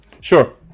Sure